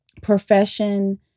Profession